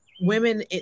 women